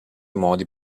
modi